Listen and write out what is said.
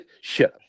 Sure